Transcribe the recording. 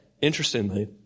interestingly